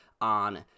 on